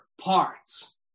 parts